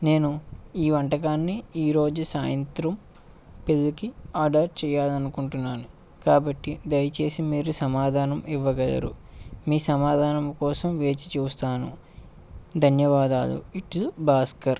నేను ఈ వంటకాన్ని ఈరోజు సాయంత్రం పెళ్ళికి ఆర్డర్ చేయాలనీ అనుకుంటున్నాను కాబట్టి దయచేసి మీరు సమాధానం ఇవ్వగలరు మీ సమాధానం కోసం వేచి చూస్తాను ధన్యవాదాలు ఇట్లు భాస్కర్